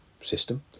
system